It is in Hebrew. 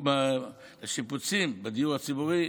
השיפוצים בדיור הציבורי,